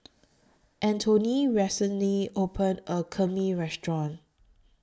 Antione recently opened A New Kheema Restaurant